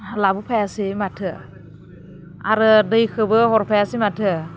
लाबोफायासै माथो आरो दैखौबो हरफायासै माथो